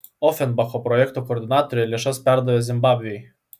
ofenbacho projekto koordinatorė lėšas perdavė zimbabvei